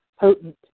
potent